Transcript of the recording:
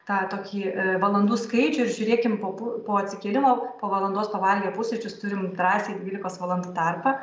tą tokį valandų skaičių ir žiūrėkim papu po atsikėlimo po valandos pavalgę pusryčius turim drąsiai dvylikos valandų tarpą